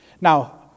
Now